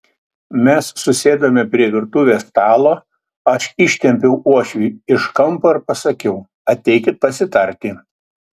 mes susėdome prie virtuvės stalo aš ištempiau uošvį iš kampo ir pasakiau ateikit pasitarti